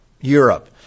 Europe